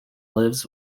lives